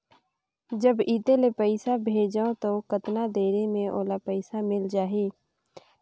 जब इत्ते ले पइसा भेजवं तो कतना देरी मे ओला पइसा मिल जाही?